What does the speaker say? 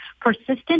persistent